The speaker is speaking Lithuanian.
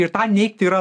ir tą neigt yra